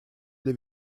для